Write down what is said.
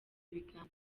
ibiganiro